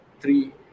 three